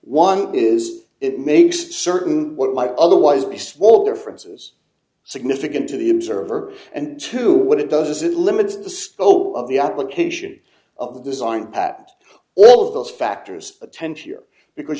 one is it makes certain what might otherwise be small differences significant to the observer and to what it does it limits the scope of the application of design packed all of those factors attention or because